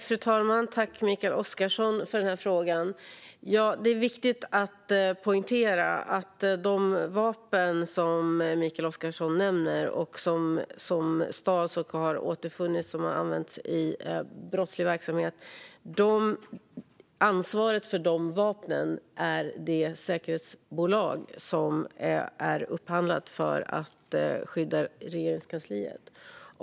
Fru talman! Jag tackar Mikael Oscarsson för frågan. Det är viktigt att poängtera att ansvaret för de nämnda vapnen, som har stulits, använts till brottslig verksamhet och återfunnits, vilar på det säkerhetsbolag som i enlighet med upphandling ska skydda Regeringskansliet.